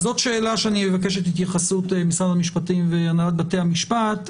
זאת שאלה שאני מבקש את התייחסות משרד המשפטים והנהלת בתי המשפט.